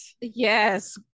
yes